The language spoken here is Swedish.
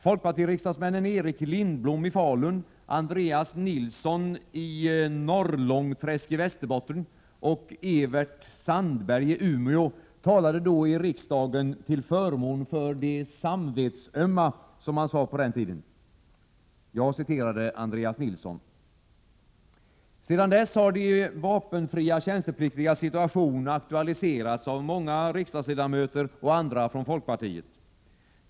Folkpartiriksdagsmännen Erik Lindblom i Falun, Andreas Nilsson i Norrlångträsk i Västerbotten och Evert Sandberg i Umeå talade då i riksdagen till förmån för de samvetsömma, som det hette på den tiden. Jag citerade Andreas Nilsson. Sedan dess har de vapenfria tjänstepliktigas situation aktualiserats av många riksdagsledamöter och andra från folkpartiet.